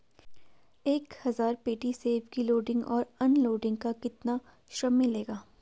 एक हज़ार पेटी सेब की लोडिंग और अनलोडिंग का कितना श्रम मिलेगा?